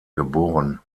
geboren